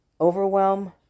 overwhelm